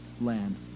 land